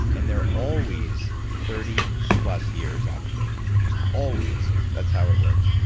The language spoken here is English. and they're always thirty plus years out of date just always, that's how it works.